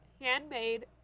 Handmade